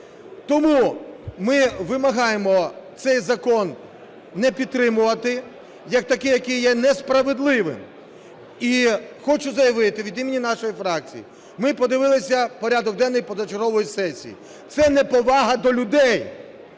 Тому ми вимагаємо цей закон не підтримувати як такий, який є несправедливим. І хочу заявити від імені нашої фракції. Ми подивились порядок денний позачергової сесії - це неповага до людей.